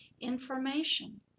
information